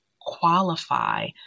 qualify